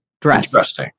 dressed